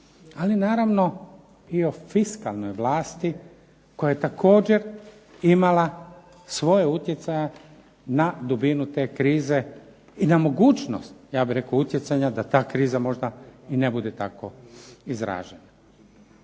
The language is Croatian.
ali naravno i o fiskalnoj vlasti koja je također imala svoga utjecaja na dubinu te krize i na mogućnost ja bih rekao utjecanja da ta kriza možda i ne bude tako izražena.